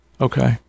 Okay